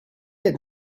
had